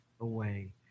away